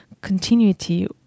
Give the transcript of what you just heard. continuity